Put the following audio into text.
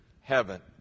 heaven